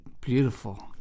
beautiful